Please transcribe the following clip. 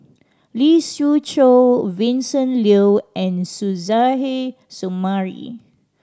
Lee Siew Choh Vincent Leow and Suzairhe Sumari